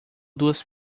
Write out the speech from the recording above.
duas